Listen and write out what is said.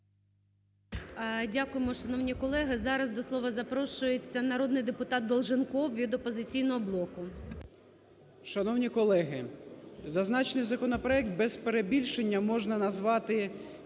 Дякуємо, шановні колеги. Зараз до слова запрошується народний депутат Долженков від "Опозиційного блоку". 16:32:58 ДОЛЖЕНКОВ О.В. Шановні колеги, зазначений законопроект, без перебільшення, можна назвати